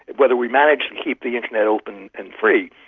whether we manage to keep the internet open and free,